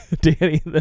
Danny